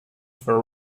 for